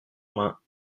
main